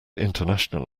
international